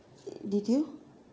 did you